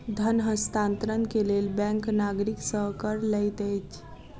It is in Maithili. धन हस्तांतरण के लेल बैंक नागरिक सॅ कर लैत अछि